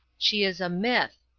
she is a myth.